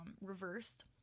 reversed